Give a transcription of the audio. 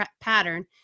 pattern